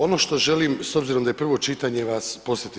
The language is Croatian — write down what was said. Ono što želim, s obzirom da je prvo čitanje vas podsjetiti.